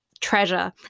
treasure